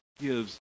gives